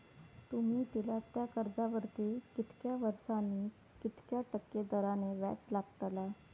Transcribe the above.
तुमि दिल्यात त्या कर्जावरती कितक्या वर्सानी कितक्या टक्के दराने व्याज लागतला?